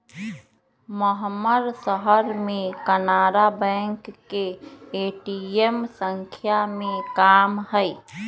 महम्मर शहर में कनारा बैंक के ए.टी.एम संख्या में कम हई